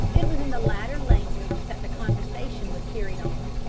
it was in the latter language that the conversation was carried on.